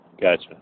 Gotcha